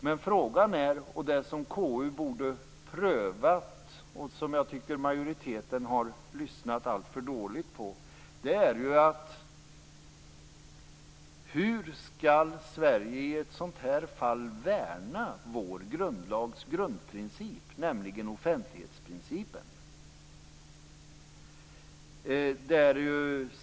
Men den fråga som KU borde ha prövat och som jag tycker att majoriteten har lyssnat alltför dåligt på är: Hur skall Sverige i ett sådant här fall värna den svenska grundlagens grundprincip, nämligen offentlighetsprincipen?